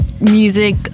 music